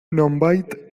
nonbait